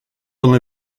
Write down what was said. d’en